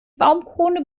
baumkrone